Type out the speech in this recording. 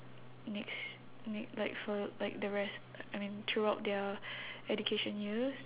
next ne~ like for like the rest I mean throughout their education years